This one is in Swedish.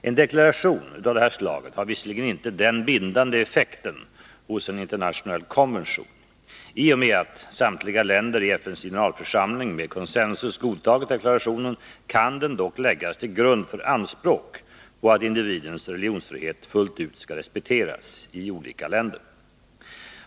En deklaration av det här slaget har visserligen inte den bindande effekten hos en internationell konvention. I och med att samtliga länder i FN:s generalförsamling med consensus godtagit deklarationen kan den dock läggas till grund för anspråk på att individens religionsfrihet fullt ut skall respekteras i olika länder.